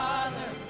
Father